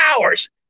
hours